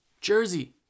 Jersey